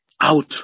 out